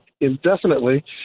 indefinitely